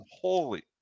holy